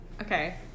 okay